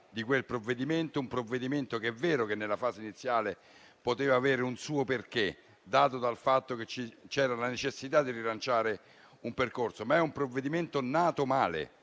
di quello stesso provvedimento, che è vero che nella fase iniziale poteva avere un suo perché, dato dal fatto che c'era la necessità di rilanciare un percorso, ma è un provvedimento nato male,